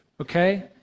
okay